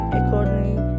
accordingly